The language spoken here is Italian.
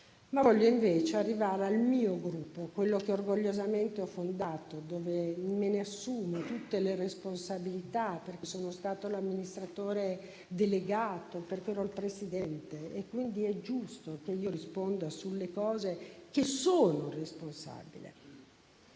invece arrivare al mio gruppo, quello che orgogliosamente ho fondato e di cui mi assumo tutte le responsabilità perché ne sono stata l'amministratore delegato, il presidente ed è quindi giusto che io risponda sulle cose di cui sono responsabile.